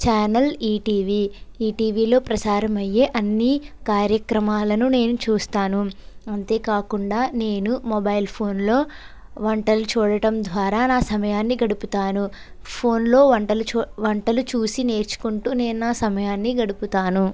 channel ETV ఈటీవీలో ప్రసారమయ్యే అన్ని కార్యక్రమాలను నేను చూస్తాను అంతేకాకుండా నేను మొబైల్ ఫోన్ లో వంటలు చూడటం ద్వారా నా సమయాన్ని గడుపుతాను ఫోన్ లో వంటలు చూ వంటలు చూసి నేర్చుకుంటూ నేను నా సమయాన్ని గడుపుతాను